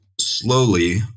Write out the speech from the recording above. slowly